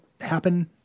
happen